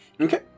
Okay